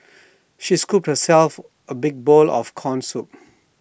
she scooped herself A big bowl of Corn Soup